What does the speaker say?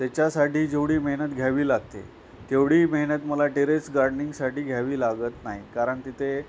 त्याच्यासाठी जेवढी मेहनत घ्यावी लागते तेवढी मेहनत मला टेरेस गार्डनिंगसाठी घ्यावी लागत नाही कारण तिथे